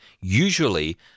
Usually